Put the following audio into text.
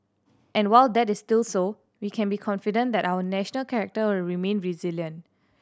and while that is still so we can be confident that our national character will remain resilient